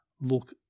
look